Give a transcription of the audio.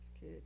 Good